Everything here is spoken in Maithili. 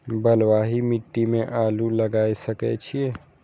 बलवाही मिट्टी में आलू लागय सके छीये?